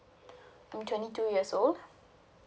twenty two years old